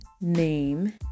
name